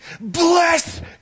bless